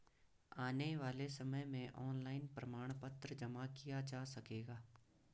आने वाले समय में ऑनलाइन प्रमाण पत्र जमा किया जा सकेगा